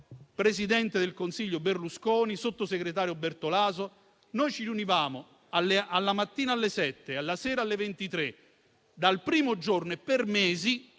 presidente del Consiglio Berlusconi, sottosegretario Bertolaso. Noi ci riunivamo la mattina alle ore 7, la sera alle ore 23, dal primo giorno e per mesi tutti